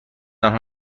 آنها